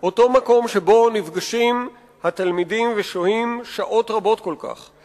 אותו מקום שבו נפגשים התלמידים ושוהים שעות רבות כל כך,